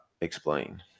Explain